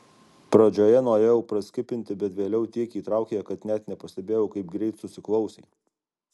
pradžioje norėjau praskipinti bet vėliau tiek įtraukė kad net nepastebėjau kaip greit susiklausė